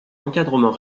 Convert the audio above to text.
encadrement